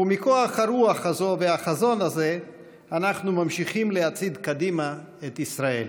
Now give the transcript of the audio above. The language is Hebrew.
ומכוח הרוח הזו והחזון הזה אנחנו ממשיכים להצעיד קדימה את ישראל.